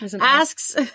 asks